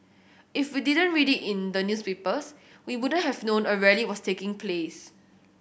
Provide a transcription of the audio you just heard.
if we didn't read it in the newspapers we wouldn't have known a rally was taking place